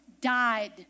died